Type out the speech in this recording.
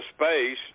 space